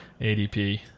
ADP